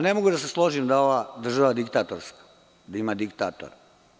Ne mogu da se složim da je ova država diktatorska, da ima diktatora.